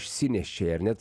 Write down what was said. išsinešei ar ne